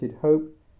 hope